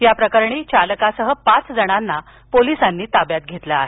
या प्रकरणी चालकासह पाच जणांना पोलिसांनी ताब्यात घेतलं आहे